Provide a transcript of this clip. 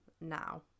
now